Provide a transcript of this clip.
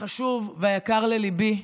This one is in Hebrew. החשוב והיקר לליבי,